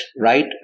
right